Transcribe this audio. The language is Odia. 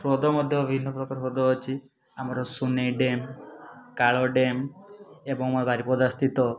ହ୍ରଦ ମଧ୍ୟ ବିଭିନ୍ନ ପ୍ରକାର ହ୍ରଦ ଅଛି ଆମର ସୁନେଇ ଡ୍ୟାମ୍ କାଳ ଡ୍ୟାମ୍ ଏବଂ ମୋ ବାରିପଦା ସ୍ଥିତ